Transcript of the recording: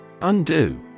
Undo